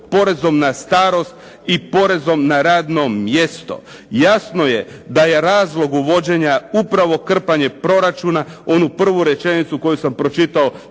porezom na starost i porezom na radno mjesto. Jasno je da je razlog uvođenja upravo krpanje proračuna, onu prvu rečenicu koju sam pročitao